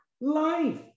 life